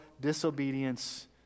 disobedience